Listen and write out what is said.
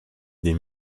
des